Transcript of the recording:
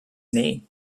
name